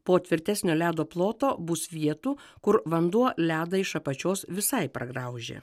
po tvirtesnio ledo ploto bus vietų kur vanduo ledą iš apačios visai pragraužė